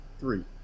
three